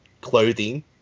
clothing